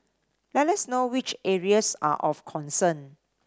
let us know which areas are of concern